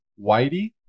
Whitey